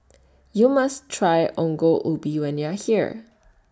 YOU must Try Ongol Ubi when YOU Are here